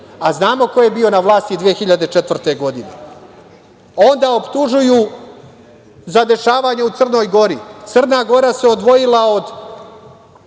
a znamo ko je bio na vlasti 2004. godine. Optužuju za dešavanja u Crnoj Gori. Crna Gora se odvojila od